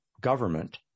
government